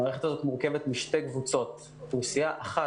המערכת הזו מורכבת משתי קבוצות: אוכלוסייה אחת,